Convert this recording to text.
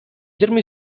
jeremy